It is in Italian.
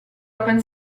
open